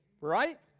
right